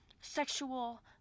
sexual